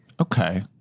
Okay